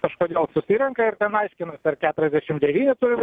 kažkodėl susirenka ir ten aiškinasi ar keturiasdešimt devyni turi būt